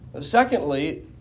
Secondly